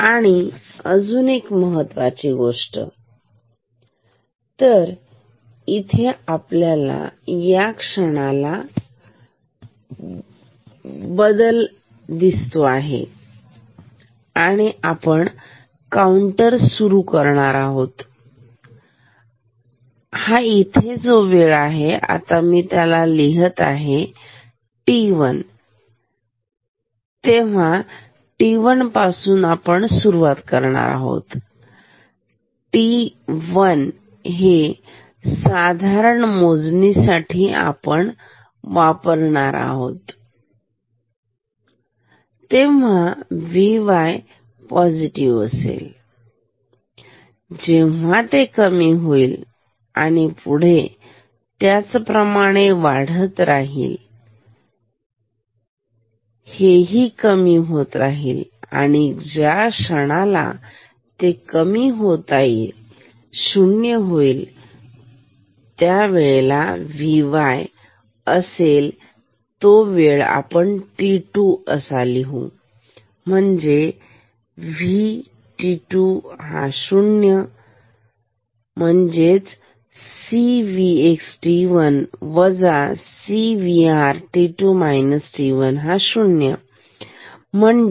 आणि अजून एक महत्त्वाची गोष्ट एक तर आता या क्षणाला आपण याला बदलत आहोत आणि आपण काउंटरला सुरू करत आहोत म्हणजे इथे वेळ आहे तर आता मी लिहितो तर आपण तेव्हा t1 पासून सुरुवात करणार आहोत t1 हे साधारण मोजणीसाठी आपण वापरणार आहोत आणि तेव्हां Vy पोसिटीव्ह असेल जेव्हा ते कमी होईल आणि पुढे त्याप्रमाणे चालत राहील हे ही कमी होत राहील आणि ज्या क्षणाला हे कमी होत होत 0 होईल तर जेव्हा हे शुन्य होईल त्या वेळेला Vy असेल तेव्हा वेळ t2 असणार ठीक